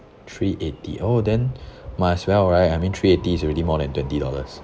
three eighty oh then might as well right I mean three eighty is already more than twenty dollars